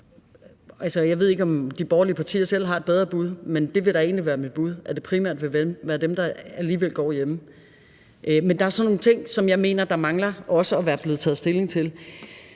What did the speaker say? jeg ved ikke, om de borgerlige partier selv har et bedre bud, men det ville da egentlig være mit bud, at det primært vil være dem, der alligevel går hjemme. Og så er der nogle ting, som jeg mener man også mangler at tage stilling til.